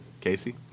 Casey